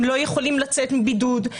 הם לא יכולים לצאת מבידוד,